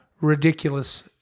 ridiculous